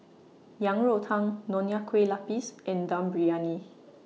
Yang Rou Tang Nonya Kueh Lapis and Dum Briyani